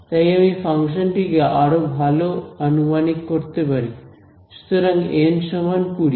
তাই আমি ফাংশনটি কে আরো ভালো আনুমানিক করতে পারি সুতরাং এন সমান 20